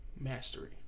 mastery